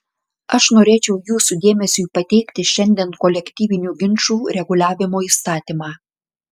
aš norėčiau jūsų dėmesiui pateikti šiandien kolektyvinių ginčų reguliavimo įstatymą